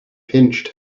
pinched